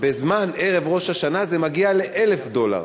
ובזמן ערב ראש השנה זה מגיע ל-1,000 דולר.